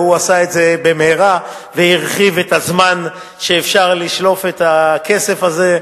והוא עשה את זה במהרה והרחיב את הזמן שאפשר לשלוף את הכסף הזה,